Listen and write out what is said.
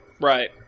right